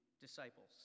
disciples